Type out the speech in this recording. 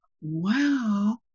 wow